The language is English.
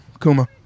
Kuma